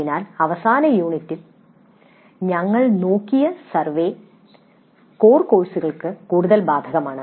അതിനാൽ കഴിഞ്ഞ യൂണിറ്റിൽ ഞങ്ങൾ നോക്കിയ സർവേ കോർ കോഴ്സുകൾക്ക് കൂടുതൽ ബാധകമാണ്